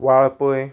Valpoi